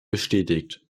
bestätigt